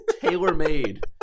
tailor-made